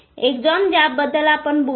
axon ज्याबद्दल आपण बोलू